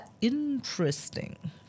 Interesting